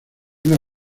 una